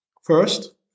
First